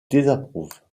désapprouve